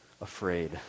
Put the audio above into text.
Afraid